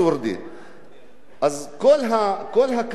כל הכוונה בכל החוק הזה,